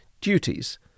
duties